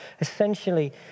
essentially